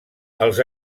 els